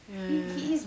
ya ya